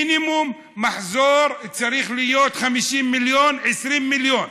מינימום מחזור צריך להיות 50 מיליון, 20 מיליון.